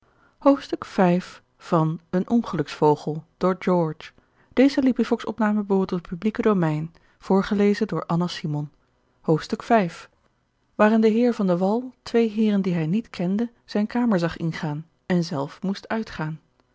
ongeluksvogel hoofdstuk v waarin de heer van de wwall twee heeren die hij niet kende zijne kamer zag ingaan en zelf moest uitgaan